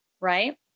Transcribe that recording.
right